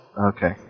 Okay